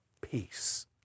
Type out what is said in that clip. peace